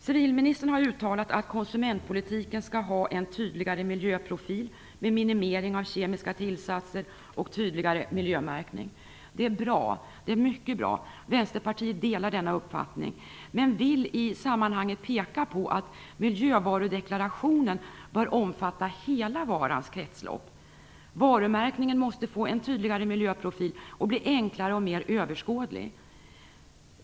Civilministern har uttalat att konsumentpolitiken skall ha en tydligare miljöprofil med minimering av kemiska tillsatser och tydligare miljömärkning. Det är mycket bra. Vänsterpartiet delar denna uppfattning. Men vi vill i sammanhanget peka på att miljövarudeklarationen bör omfatta hela varans kretslopp. Varumärkningen måste få en tydligare miljöprofil och bli enklare och mer överskådlig.